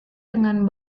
dengan